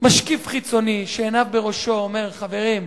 משקיף חיצוני, שעיניו בראשו, אומר: חברים,